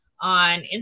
On